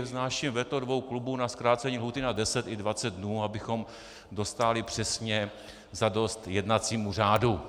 Vznáším veto dvou klubů na zkrácení lhůty na 10 i 20 dnů, abychom dostáli přesně za dost jednacímu řádu.